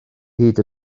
hyd